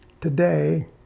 today